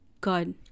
good